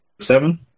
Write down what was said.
seven